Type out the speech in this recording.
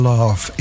Love